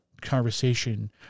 conversation